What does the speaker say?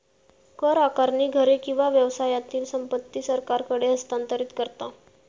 कर आकारणी घरे किंवा व्यवसायातली संपत्ती सरकारकडे हस्तांतरित करता